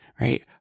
right